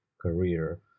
career